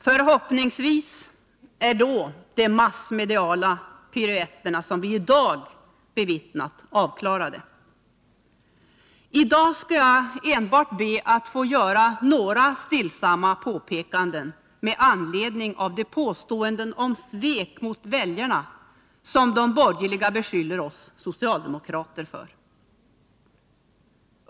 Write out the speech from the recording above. Förhoppningsvis är då de massmediala piruetter som vi i dag har bevittnat avklarade. I dag skall jag be att enbart få göra några stillsamma påpekanden med anledning av de påståenden om svek mot väljarna som de borgerliga beskyller oss socialdemokrater för.